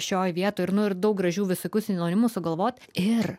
šioj vietoj ir nu ir daug gražių visokių sinonimų sugalvot ir